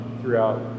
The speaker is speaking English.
throughout